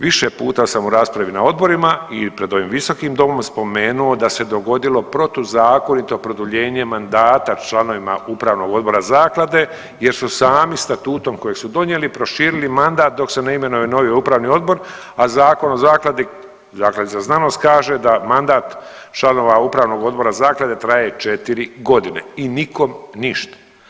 Više puta sam u raspravi na odborima i pred ovim visokim domom spomenuo da se dogodilo protuzakonito produljenje mandata članovima upravnog odbora zaklade jer su sami statutom kojeg su donijeli proširili mandat dok se ne imenuje novi upravni odbor, a Zakon o zakladi, zakladi za znanost kaže da mandat članova upravnog odbora zaklade traje 4.g. i nikom ništa.